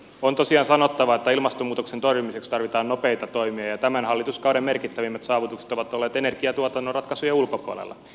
on tosiaan sanottava että ilmastonmuutoksen torjumiseksi tarvitaan nopeita toimia ja tämän hallituskauden merkittävimmät saavutukset ovat olleet energiatuotannon ratkaisujen ulkopuolella